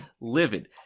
Livid